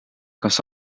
kas